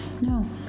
No